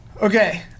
Okay